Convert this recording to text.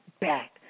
back